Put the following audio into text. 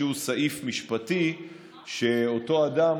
כי אני לא בטוח שאי-אפשר למצוא איזשהו סעיף משפטי שאותו אדם